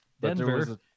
Denver